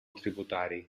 tributari